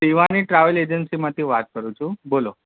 Shivani travel એજન્સીમાંથી વાત કરું છું બોલો